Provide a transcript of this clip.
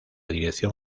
dirección